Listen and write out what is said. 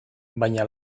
baina